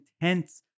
intense